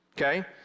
okay